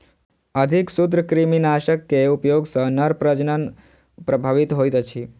अधिक सूत्रकृमिनाशक के उपयोग सॅ नर प्रजनन प्रभावित होइत अछि